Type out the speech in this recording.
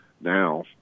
now